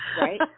right